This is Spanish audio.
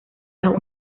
las